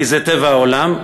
כי זה טבע העולם.